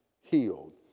healed